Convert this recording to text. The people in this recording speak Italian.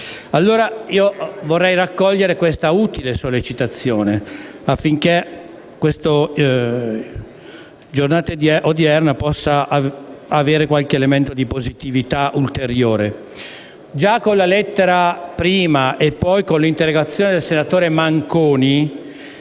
che vorrei raccogliere affinché la giornata odierna possa avere qualche elemento di positività ulteriore. Già con la lettera prima e poi con l'interrogazione del senatore Manconi